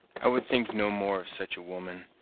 i would think no more of such a woman,